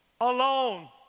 alone